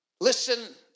Listen